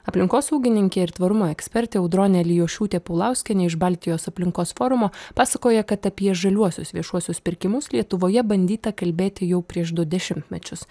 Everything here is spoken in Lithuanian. aplinkosaugininkė ir tvarumo ekspertė audronė alijošiūtė pulauskienė iš baltijos aplinkos forumo pasakoja kad apie žaliuosius viešuosius pirkimus lietuvoje bandyta kalbėti jau prieš du dešimtmečius